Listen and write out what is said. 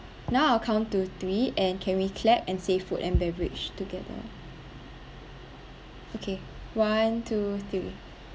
now I'll count to three and can we clap and say food and beverage together okay one two three